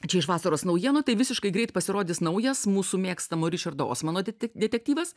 čia iš vasaros naujienų tai visiškai greit pasirodys naujas mūsų mėgstamo ričardo osmano dete detektyvas